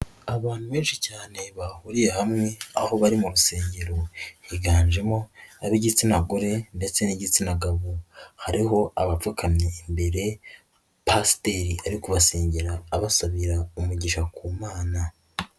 Abantu benshi cyane bahuriye hamwe aho bari mu rusengero, higanjemo ab'igitsina gore ndetse n'igitsina gabo, hariho abapfukamye imbere pasiteri ariko basengera abasabira umugisha ku Mana.